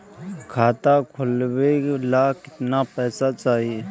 खाता खोलबे ला कितना पैसा चाही?